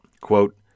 Quote